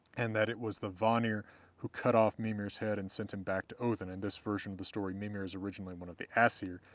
and that it was the vanir who cut off mimir's head and sent him back to odinn in this version of the story mimir is originally one of the aesir,